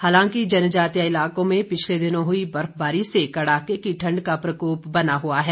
हालांकि जनजातीय इलाकों में पिछले दिनों हुई बर्फबारी से कड़ाके की ठंड का प्रकोप बना हुआ है